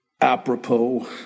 apropos